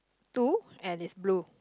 two and it is blue